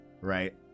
right